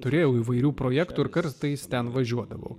turėjau įvairių projektų ir kartais ten važiuodavau